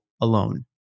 alone